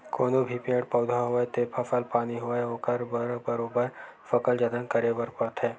कोनो भी पेड़ पउधा होवय ते फसल पानी होवय ओखर बर बरोबर सकल जतन करे बर परथे